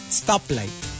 stoplight